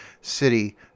city